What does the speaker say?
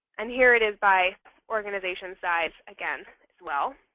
and here it is by organization size again as well.